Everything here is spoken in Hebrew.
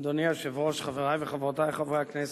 אדוני היושב-ראש, חברי וחברותי חברי הכנסת,